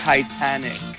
Titanic